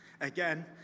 again